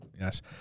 Yes